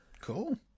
Cool